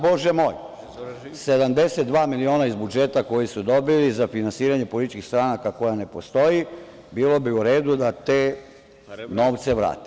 Bože moj, 72 miliona iz budžeta, koje su dobili za finansiranje političke stranke koja ne postoji, bilo bi u redu da te novce vrate.